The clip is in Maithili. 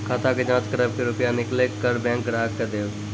खाता के जाँच करेब के रुपिया निकैलक करऽ बैंक ग्राहक के देब?